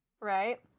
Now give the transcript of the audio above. Right